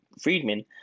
Friedman